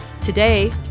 Today